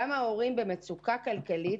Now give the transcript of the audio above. גם ההורים במצוקה כלכלית,